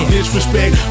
Disrespect